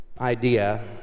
idea